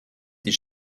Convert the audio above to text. die